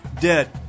dead